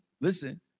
listen